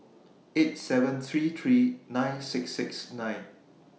eight seven three three nine six six nine